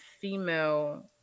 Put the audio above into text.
female